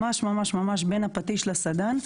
ממש בין הפטיש לסדן.